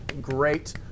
great